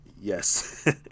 Yes